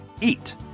Eat